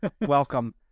welcome